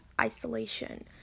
isolation